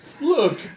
look